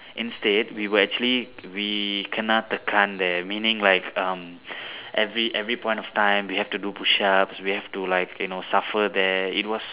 instead we were actually we kena tekan there meaning like um every every point of time we have to do push ups we have to like you know suffer there it was